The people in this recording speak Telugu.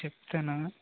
చెప్తాను